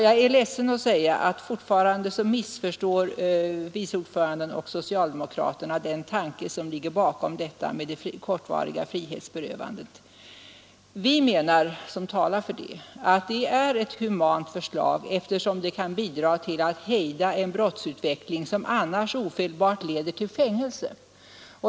Jag är ledsen att säga att vice ordföranden och socialdemokraterna fortfarande missförstår den tanke som ligger bakom förslaget om det kortvariga frihetsberövandet. Vi som talar för det menar att det är ett humant förslag, eftersom det kan bidra till att hejda en brottsutveckling som annars ofelbart leder till fängelse.